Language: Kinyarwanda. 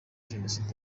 jenoside